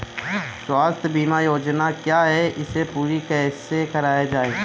स्वास्थ्य बीमा योजना क्या है इसे पूरी कैसे कराया जाए?